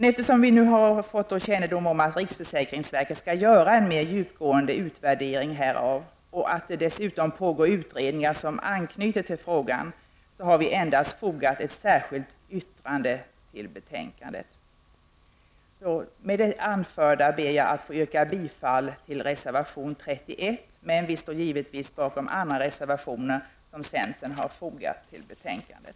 Eftersom vi nu har fått kännedom om att riksförsäkringsverket skall göra en mer djupgående utvärdering av frågan och att det dessutom pågår utredningar som anknyter till frågan, har vi endast fogat ett särskilt yttrande till betänkandet. Med det anförda ber jag att få yrka bifall till reservation 31, men vi står givetvis bakom alla de reservationer som centern har fogat till betänkandet.